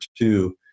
Two